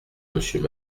monsieur